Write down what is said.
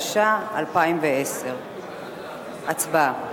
התשע"א 2010. הצבעה.